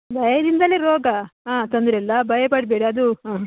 ಭಯದಿಂದನೇ ರೋಗ ಹಾಂ ತೊಂದರೆಯಿಲ್ಲ ಭಯ ಪಡಬೇಡಿ ಅದು ಹಾಂ